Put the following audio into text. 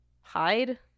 hide